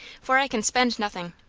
for i can spend nothing.